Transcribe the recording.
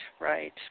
right